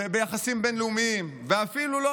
ביחסים בין-לאומיים, וזו אפילו לא